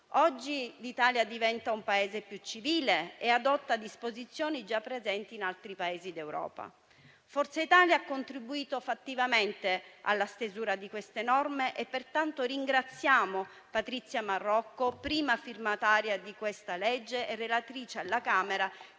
Oggi l'Italia diventa un Paese più civile e adotta disposizioni già presenti in altri Paesi d'Europa. Forza Italia ha contribuito fattivamente alla stesura di queste norme: ringraziamo pertanto Patrizia Marrocco, prima firmataria e relatrice alla Camera